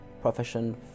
profession